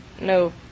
No